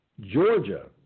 Georgia